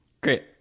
Great